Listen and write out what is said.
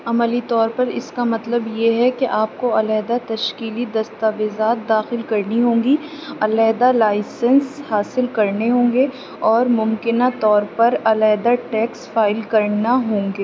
عملی طور پر اس کا مطلب یہ ہے کہ آپ کو علاحدہ تشکیلی دستاویزات داخل کرنی ہوں گی علاحدہ لائسنس حاصل کرنے ہوں گے اور ممکنہ طور پر علاحدہ ٹیکس فائل کرنا ہوں گے